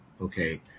Okay